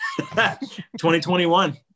2021